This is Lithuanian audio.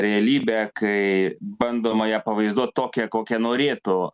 realybę kai bandoma ją pavaizduot tokią kokią norėtų